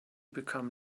become